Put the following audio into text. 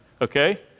okay